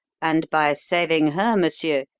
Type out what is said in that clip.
and by saving her, monsieur,